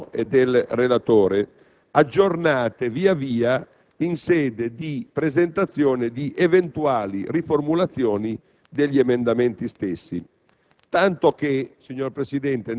relative alle proposte del Governo e del relatore, aggiornate via via in sede di presentazione di eventuali riformulazioni degli emendamenti stessi.